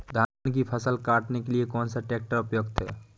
धान की फसल काटने के लिए कौन सा ट्रैक्टर उपयुक्त है?